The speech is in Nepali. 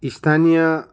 स्थानीय